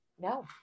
No